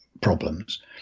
problems